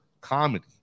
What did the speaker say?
comedy